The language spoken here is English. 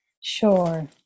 Sure